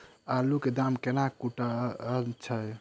आलु केँ दाम केना कुनटल छैय?